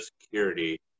security